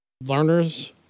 learners